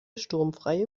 sturmfreie